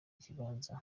kibanza